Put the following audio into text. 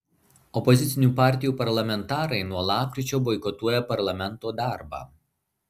opozicinių partijų parlamentarai nuo lapkričio boikotuoja parlamento darbą